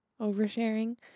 oversharing